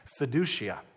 fiducia